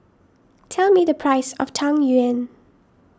tell me the price of Tang Yuen